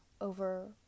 over